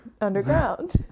underground